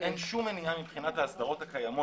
אין שום עניין מבחינת ההסדרות הקיימות